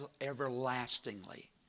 everlastingly